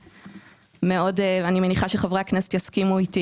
ואני מניחה שחברי הכנסת יסכימו איתי